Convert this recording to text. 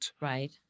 Right